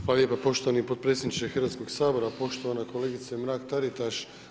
Hvala lijepa poštovani potpredsjedniče Hrvatskog sabora, poštovana kolegice Mrak Taritaš.